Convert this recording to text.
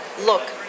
Look